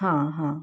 हां हां